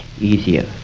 easier